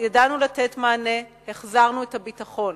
ידענו לתת מענה, החזרנו את הביטחון.